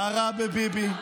מה רע בביבי?